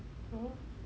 oh